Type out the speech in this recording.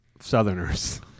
Southerners